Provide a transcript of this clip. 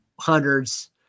hundreds